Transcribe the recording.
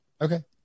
Okay